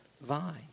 vine